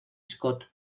scott